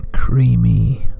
Creamy